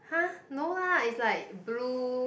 !huh! no lah it's like blue